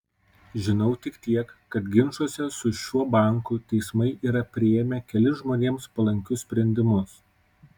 žinau tik tiek kad ginčuose su šiuo banku teismai yra priėmę kelis žmonėms palankius sprendimus